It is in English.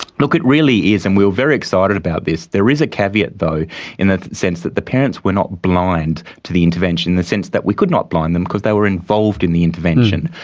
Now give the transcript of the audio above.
look, it really is, and we were very excited about this. there is a caveat though in the sense that the parents were not blind to the intervention in the sense that we could not blind them because they were involved in the intervention,